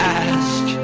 ask